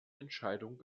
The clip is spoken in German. entscheidung